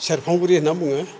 सेरफांगुरि होनना बुङो